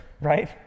right